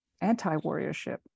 anti-warriorship